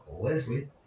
Leslie